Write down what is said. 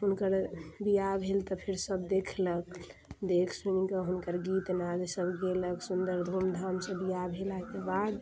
हुनकर बियाह भेल तऽ फेर सब देखलक देख सुनिके हुनकर गीत नाद सब गेलक सुन्दर धूम धामसँ बियाह भेलाके बाद